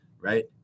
right